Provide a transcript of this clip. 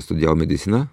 studijavo mediciną